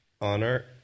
Honor